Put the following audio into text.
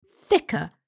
thicker